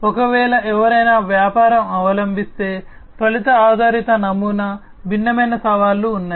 ఒకవేళ ఎవరైనా వ్యాపారం అవలంబిస్తే ఫలిత ఆధారిత నమూనా భిన్నమైన సవాళ్లు ఉన్నాయి